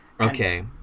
Okay